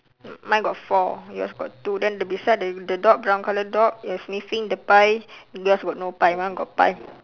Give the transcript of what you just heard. mi~ mine got four yours got two then the beside the the dog brown colour dog is sniffing the pie yours got no pie mine got pie